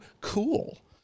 cool